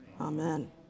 Amen